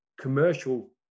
commercial